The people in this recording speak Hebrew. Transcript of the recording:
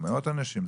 או מאות אנשים,